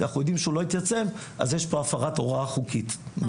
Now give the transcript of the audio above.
אם אנחנו יודעים שהוא לא התייצב אז יש פה הפרת הוראה חוקית בעניין.